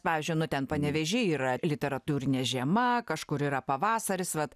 pavyzdžiui nu ten panevėžy yra literatūrinė žiema kažkur yra pavasaris vat